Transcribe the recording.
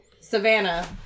Savannah